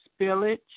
spillage